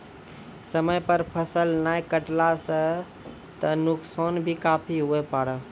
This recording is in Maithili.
समय पर फसल नाय कटला सॅ त नुकसान भी काफी हुए पारै